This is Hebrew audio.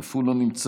אף הוא לא נמצא,